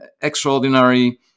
extraordinary